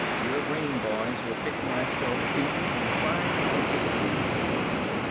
your brain-boys will pick my skull to pieces and find out the truth anyway.